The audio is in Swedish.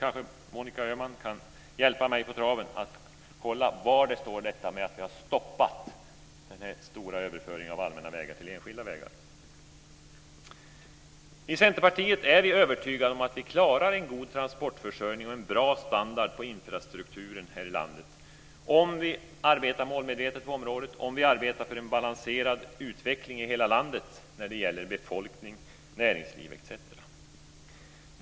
Monica Öhman kanske kan hjälpa mig på traven att kolla var det står, detta med att vi har stoppat den stora överföringen av allmänna vägar till enskilda vägar. I Centerpartiet är vi övertygade om att vi klarar en god transportförsörjning och en bra standard på infrastrukturen här i landet om vi arbetar målmedvetet på området och arbetar för en balanserad utveckling i hela landet när det gäller befolkning, näringsliv etc.